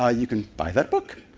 ah you can buy that book.